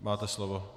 Máte slovo.